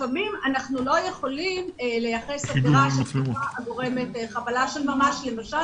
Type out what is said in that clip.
לפעמים אנחנו לא יכולים לייחס עבירה הגורמת חבלה של ממש למשל